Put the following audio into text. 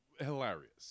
hilarious